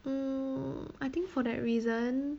mm I think for that reason